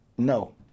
No